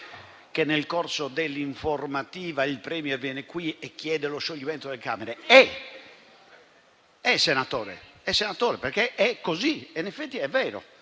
che nel corso dell'informativa il *Premier* venga qui e chieda lo scioglimento delle Camere; è così, senatore Pera, e in effetti è vero.